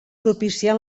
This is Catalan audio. propicià